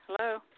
Hello